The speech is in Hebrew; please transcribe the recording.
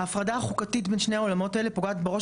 ההפרדה החוקתית בין שני העולמות האלה פוגעת בראש